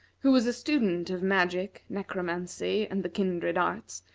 who was a student of magic, necromancy, and the kindred arts,